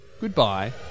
goodbye